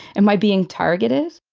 am i being targeted?